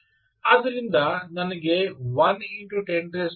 ಆದ್ದರಿಂದ ನನಗೆ 1X10 3 ಮೌಲ್ಯವು ಇದೆ